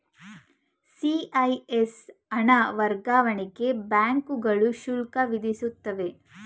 CES ಹಣ ವರ್ಗಾವಣೆಗೆ ಬ್ಯಾಂಕುಗಳು ಶುಲ್ಕ ವಿಧಿಸುತ್ತವೆ